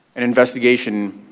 an investigation